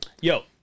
Yo